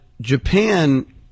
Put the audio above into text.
Japan